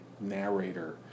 narrator